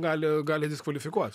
gali gali diskvalifikuot